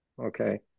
Okay